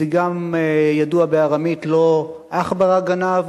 פתגם ידוע בארמית, "לא עכברא גנב,